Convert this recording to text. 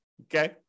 Okay